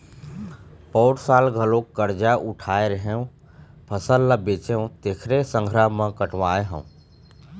पउर साल घलोक करजा उठाय रेहेंव, फसल ल बेचेंव तेखरे संघरा म कटवाय हँव